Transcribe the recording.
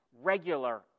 regular